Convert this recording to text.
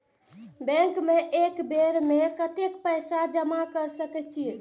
Bank में एक बेर में कतेक पैसा जमा कर सके छीये?